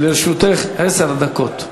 לרשותך עשר דקות.